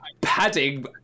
padding